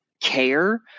care